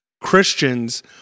Christians